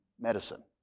medicine